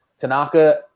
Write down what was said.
Tanaka